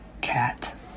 cat